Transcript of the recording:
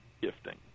gifting